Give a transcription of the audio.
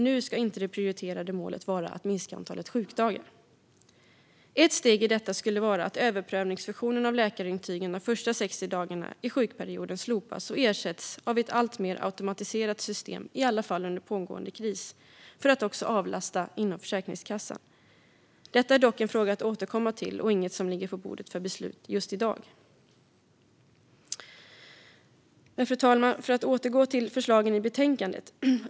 Nu ska det prioriterade målet inte vara att minska antalet sjukdagar. Ett steg i detta skulle vara att överprövningsfunktionen av läkarintyg de första 60 dagarna i sjukperioden slopas och ersätts av ett alltmer automatiserat system i varje fall under pågående kris för att också avlasta inom Försäkringskassan. Detta är dock en fråga att återkomma till och inget som ligger på bordet för beslut just i dag. Fru talman! Jag ska återgå till förslagen i betänkandet.